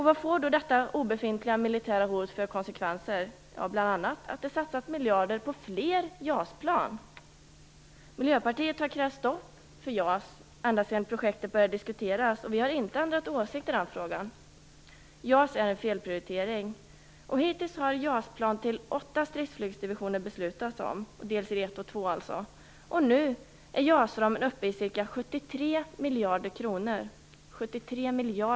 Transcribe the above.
Vad får då detta obefintliga militära hot för konsekvenser? Bl.a. att det satsas miljarder på fler JAS-plan. Miljöpartiet har krävt stopp för JAS ända sedan projektet började diskuteras. Vi har inte ändrat åsikt i den frågan. JAS är en felprioritering. Hittills har det beslutats om JAS-plan till åtta stridsflygdivisioner, delserie 1 och 2, alltså. Nu är JAS-ramen uppe i ca 73 miljarder kronor.